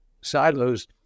silos